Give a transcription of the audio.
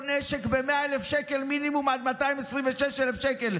נשק ב-100,000 שקל מינימום ועד 226,000 שקל.